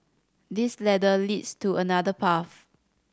this ladder leads to another path